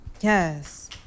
yes